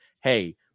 hey